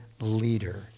leader